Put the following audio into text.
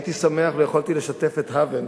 הייתי שמח לו יכולתי לשתף את האוול,